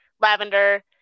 lavender